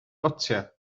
gotiau